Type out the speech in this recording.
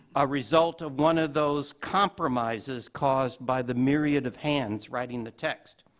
a result of one of those compromises caused by the myriad of hands writing the text.